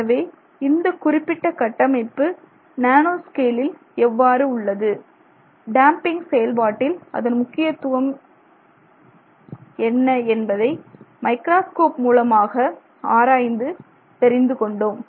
எனவே இந்த குறிப்பிட்ட கட்டமைப்பு நானோ ஸ்கேலில் எவ்வாறு உள்ளது டேம்பிங் செயல்பாட்டில் அதன் முக்கியத்துவம் என்பதை மைக்ராஸ்கோப் மூலமாக ஆராய்ந்து தெரிந்துகொண்டோம்